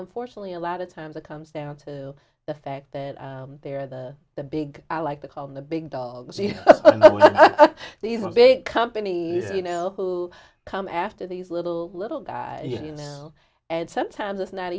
unfortunately a lot of times it comes down to the fact that they're the the big i like to call in the big dogs these are big companies you know who come after these little little guys you know and sometimes it's not